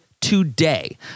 today